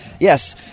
yes